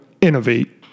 innovate